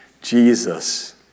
Jesus